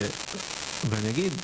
ואני אגיד,